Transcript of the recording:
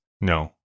No